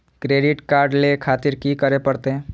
Credit card ले खातिर की करें परतें?